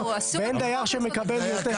ואין דייר שמקבל יותר.